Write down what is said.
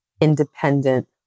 independent